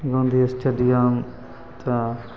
Gandhi stadium तँ